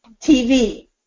TV